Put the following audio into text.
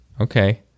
okay